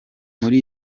muri